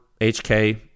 HK